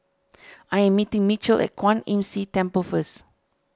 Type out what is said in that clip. I am meeting Mitchell at Kwan Imm See Temple first